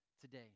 today